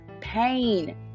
pain